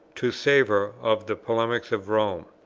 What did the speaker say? to savour of the polemics of rome.